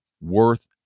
worth